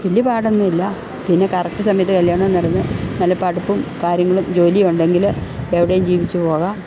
വലിയ പാടൊന്നുമില്ല പിന്നെ കറക്റ്റ് സമയത്ത് കല്യാണവും നടന്നു നല്ല പഠിപ്പും കാര്യങ്ങളും ജോലിയും ഉണ്ടെങ്കിൽ എവിടെയും ജീവിച്ചു പോകാം